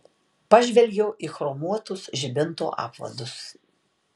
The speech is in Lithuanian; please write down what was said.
pažvelgiau į chromuotus žibintų apvadus